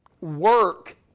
work